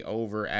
over